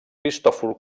cristòfor